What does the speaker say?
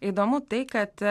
įdomu tai kad